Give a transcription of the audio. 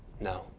No